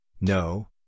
no